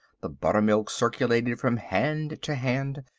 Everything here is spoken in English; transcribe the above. the buttermilk circulated from hand to hand.